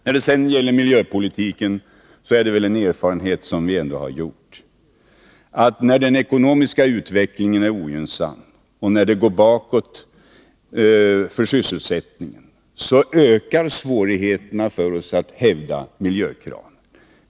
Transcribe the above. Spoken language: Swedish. När det sedan gäller miljöpolitiken har vi väl ändå alla gjort den erfarenheten att svårigheterna för oss att hävda miljökrav ökar, när den ekonomiska utvecklingen är ogynnsam och sysselsättningen går bakåt.